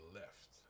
left